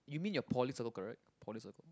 you mean your poly circle correct poly circle